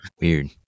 Weird